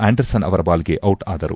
ಆಂಡರ್ ಸನ್ ಅವರ ಬಾಲ್ಗೆ ಔಟ್ ಆದರು